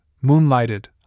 moonlighted